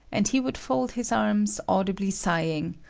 and he would fold his arms, audibly sighing,